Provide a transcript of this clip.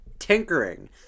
tinkering